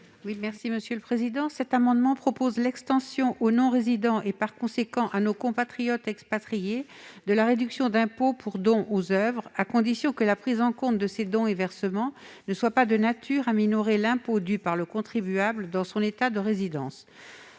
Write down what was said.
n° I-142 rectifié. Nous proposons l'extension aux non-résidents et, par conséquent, à nos compatriotes expatriés de la réduction d'impôt pour dons aux oeuvres, à condition que la prise en compte de ces dons et versements ne soit pas de nature à minorer l'impôt dû par le contribuable dans son État de résidence.